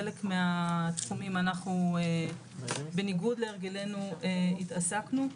בחלק מהמקרים אנחנו בניגוד להרגלנו התעסקנו בהם,